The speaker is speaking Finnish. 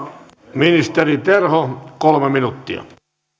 ministeri terho kolme minuuttia